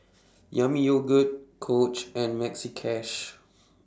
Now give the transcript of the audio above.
Yami Yogurt Coach and Maxi Cash